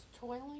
toiling